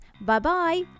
Bye-bye